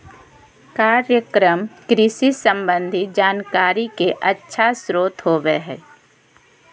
कार्यक्रम कृषि संबंधी जानकारी के अच्छा स्रोत होबय हइ